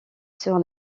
sur